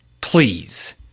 please